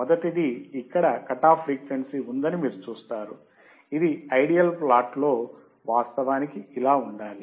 మొదటిది ఇక్కడ cut off frequency ఉందని మీరు చూస్తారు ఇది ఐడియల్ ప్లాట్లో వాస్తవానికి ఇలా ఉండాలి